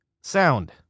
sound